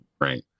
right